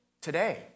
Today